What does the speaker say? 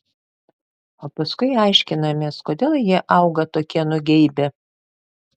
o paskui aiškinamės kodėl jie auga tokie nugeibę